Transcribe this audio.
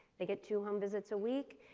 they get two home visits a week,